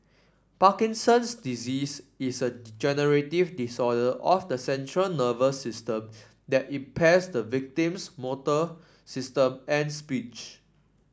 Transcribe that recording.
Parkinson's disease is a degenerative disorder of the central nervous system that impairs the victim's motor system and speech